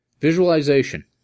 Visualization